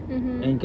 mmhmm